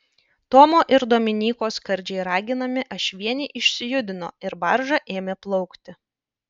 tomo ir dominyko skardžiai raginami ašvieniai išsijudino ir barža ėmė plaukti